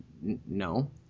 no